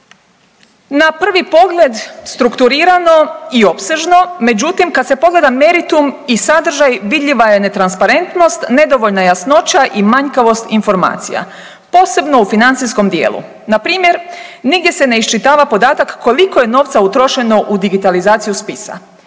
na prvi pogled strukturirano i opsežno, međutim kad se pogleda meritum i sadržaj vidljiva je netransparentnost, nedovoljna jasnoća i manjkavost informacija, posebno u financijskom dijelu. Npr. nigdje se ne iščitava podatak koliko je novca utrošeno u digitalizaciju spisa.